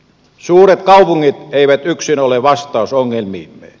suuret kaupungit eivät yksin ole vastaus ongelmiimme